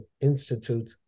Institute